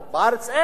בארץ אין.